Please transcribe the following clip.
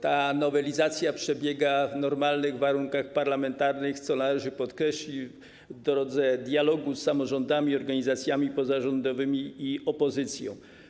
Ta nowelizacja przebiega w normalnych warunkach parlamentarnych, co należy podkreślić, w drodze dialogu z samorządami, organizacjami pozarządowymi i opozycją.